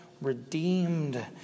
redeemed